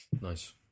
Nice